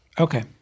Okay